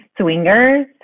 Swingers